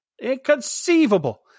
Inconceivable